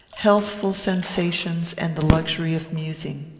healthful sensations, and the luxury of musing.